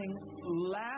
last